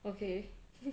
okay